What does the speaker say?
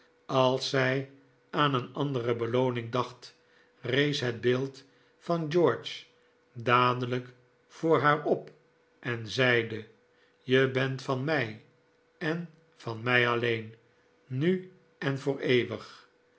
als zij aan een andere belooning dacht rees het beeld van george dadelijk voor haar op en zeide je bent van mij en van mij alleen nu en voor eeuwig